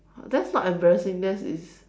that's not embarrassing that is